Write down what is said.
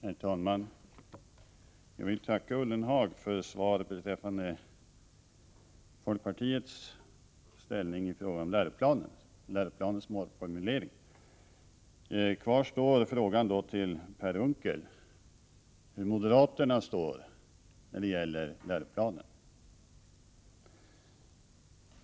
Herr talman! Jag vill tacka Jörgen Ullenhag för svaret beträffande folkpartiets inställning till läroplanens målformulering. Kvar står frågan till Per Unckel hur moderaterna står när det gäller läroplanen.